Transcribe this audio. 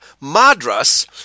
Madras